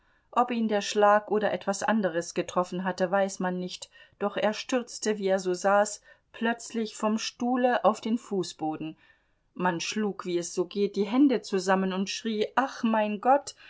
ob ihn der schlag oder etwas anderes getroffen hatte weiß man nicht doch er stürzte wie er so saß plötzlich vom stuhle auf den fußboden man schlug wie es so geht die hände zusammen und schrie ach mein gott